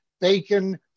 bacon